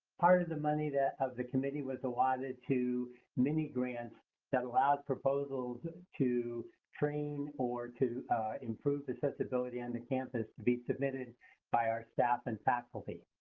part of the money of the committee was allotted to mini grants that allowed proposals to train or to improve accessibility on the campus to be submitted by our staff and faculty.